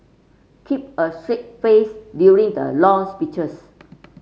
keep a straight face during the long speeches